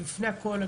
לפני הכל,